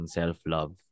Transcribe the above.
self-love